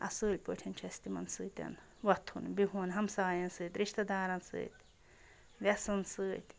اَصۭل پٲٹھۍ چھِ اَسہِ تِمَن سۭتۍ وۄتھُن بِہُن ہَمسایَن سۭتۍ رِشتہٕ دارَن سۭتۍ وٮ۪سَن سۭتۍ